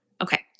Okay